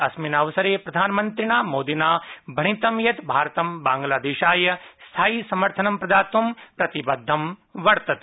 अस्मिन आवसरे प्रधानमन्त्रिणा भणितं यत् भारतं बांग्लादेशाय स्थायि समर्थनं प्रदातू प्रतिबद्धं वर्तते